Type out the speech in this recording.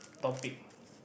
topic